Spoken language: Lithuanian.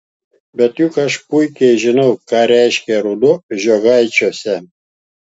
bet juk aš puikiai žinau ką reiškia ruduo žiogaičiuose